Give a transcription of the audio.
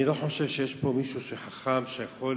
אני לא חושב שיש פה מישהו חכם שיכול